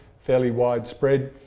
fairly widespread.